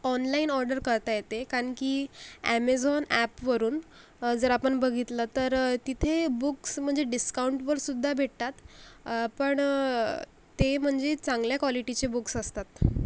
online order करता येते कारण की ॲमेझॉन ॲपवरून जर आपण बघितलं तर तिथे बुक्स म्हणजे डिस्काऊंटवरसुद्धा भेटतात पण ते म्हणजे चांगल्या क्वालिटीचे बुक्स असतात